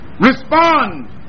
Respond